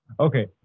okay